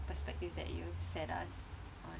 perspective that you've set us on